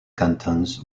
cantons